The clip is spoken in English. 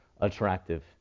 attractive